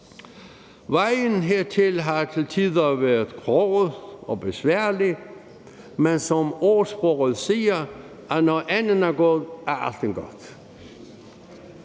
Vejen hertil har til tider været broget og besværlig, men som ordsproget siger: Når enden er god, er alting godt.